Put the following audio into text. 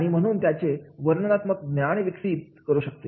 आणि म्हणून त्यांचे वर्णनात्मक ज्ञान विकसित करू शकते